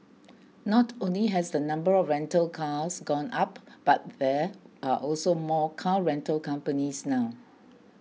not only has the number of rental cars gone up but there are also more car rental companies now